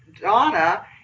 Donna